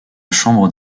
chambre